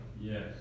Yes